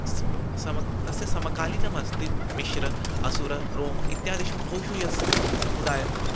स्मि सम्यक् तस्य समकालीनमस्ति मिश्र असुर रोम इत्यादिषु बहुषु यस्समुदायः